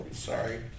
Sorry